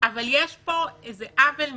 אבל יש פה עוול מתמשך,